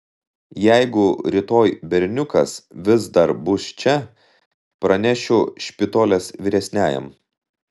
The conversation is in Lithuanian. jeigu rytoj berniukas vis dar bus čia pranešiu špitolės vyresniajam